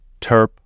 TERP